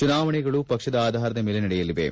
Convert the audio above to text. ಚುನಾವಣೆಗಳು ಪಕ್ಷದ ಆಧಾರದ ಮೇಲೆ ನಡೆಯಲಿವೆ